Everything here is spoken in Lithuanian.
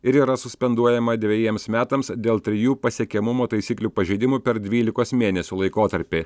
ir yra suspenduojama dvejiems metams dėl trijų pasiekiamumo taisyklių pažeidimų per dvylikos mėnesių laikotarpį